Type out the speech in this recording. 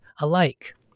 alike